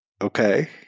Okay